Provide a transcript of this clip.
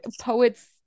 poets